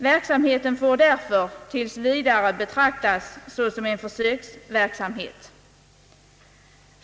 Verksamheten får därför tillsvidare betraktas såsom en försöksverksamhet.